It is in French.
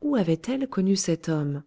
où avait-elle connu cet homme